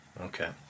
Okay